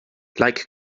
like